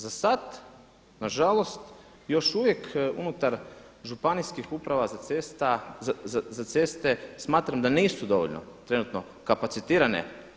Za sad, nažalost, još uvijek unutar županijskih uprava za ceste smatram da nisu dovoljno, trenutno kapacitirane.